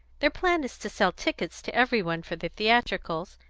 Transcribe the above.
their plan is to sell tickets to every one for the theatricals,